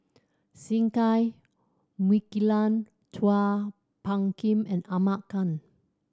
Singai Mukilan Chua Phung Kim and Ahmad Khan